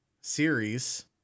series